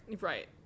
Right